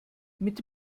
mit